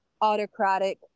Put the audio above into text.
autocratic